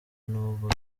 n’ubu